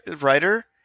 writer